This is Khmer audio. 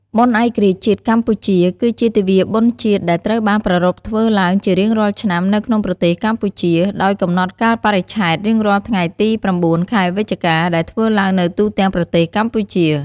បុណ្យឯករាជ្យជាតិកម្ពុជា គឺជាទិវាបុណ្យជាតិ ដែលត្រូវបានប្រារព្ធធ្វើឡើងជារៀងរាល់ឆ្នាំនៅក្នុងប្រទេសកម្ពុជា ដោយកំណត់កាលបរិច្ឆេទរៀងរាល់ថ្ងៃទី ៩ ខែវិច្ឆិកា ដែលធ្វើឡើងនៅទូទាំងប្រទេសកម្ពុជា។